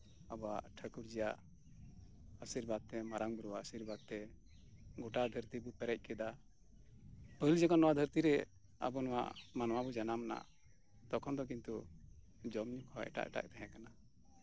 ᱴᱷᱟᱹᱠᱩᱨᱡᱤ ᱟᱜ ᱟᱥᱤᱨᱵᱟᱫᱽᱛᱮ ᱢᱟᱨᱟᱝ ᱵᱩᱨᱩ ᱟᱜ ᱟᱹᱥᱤᱨᱵᱟᱫᱽ ᱛᱮ ᱜᱳᱴᱟ ᱫᱷᱟᱹᱨᱛᱤ ᱵᱚᱱ ᱯᱮᱨᱮᱡ ᱠᱮᱫᱟ ᱯᱟᱹᱦᱤᱞ ᱡᱮᱠᱷᱚᱱ ᱱᱚᱶᱟ ᱫᱷᱟᱹᱨᱛᱤᱨᱮ ᱟᱵᱚ ᱱᱚᱶᱟ ᱢᱟᱱᱣᱟ ᱵᱚᱱ ᱡᱟᱱᱟᱢ ᱮᱱᱟ ᱛᱚᱠᱷᱚᱱ ᱫᱚ ᱠᱤᱱᱛᱩ ᱡᱚᱢ ᱧᱩ ᱦᱚᱸ ᱮᱴᱟᱜ ᱮᱴᱟᱜ ᱛᱟᱦᱮᱸ ᱠᱟᱱᱟ